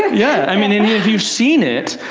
yeah you've seen it,